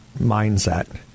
mindset